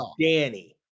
Danny